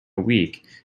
week